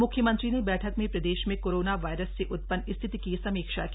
मुख्यमंत्री ने बैठक में प्रदेश में कोरोना वायरस से उत्पन्न स्थिति की समीक्षा की